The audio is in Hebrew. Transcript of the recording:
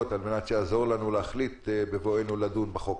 על מנת שזה יעזור לנו להחליט בבואנו לדון בחוק.